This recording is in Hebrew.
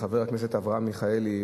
לחבר הכנסת אברהם מיכאלי,